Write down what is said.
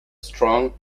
strong